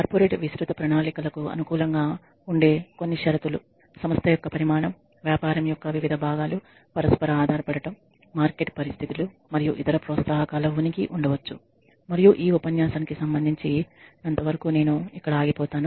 corporate విస్తృత ప్రణాళికలకు అనుకూలంగా ఉండే కొన్ని షరతులు సంస్థ యొక్క పరిమాణం వ్యాపారం యొక్క వివిధ భాగాలు పరస్పర ఆధారపడటం మార్కెట్ పరిస్థితులు మరియు ఇతర ప్రోత్సాహకాల ఉనికి ఉండవచ్చు మరియు ఈ ఉపన్యాసానికి సంబంధించినంతవరకు నేను ఆగిపోతాను